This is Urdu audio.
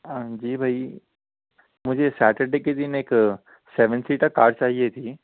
جی بھائی مجھے سیٹرڈے کے دِن ایک سیون سیٹر کار چاہئے تھی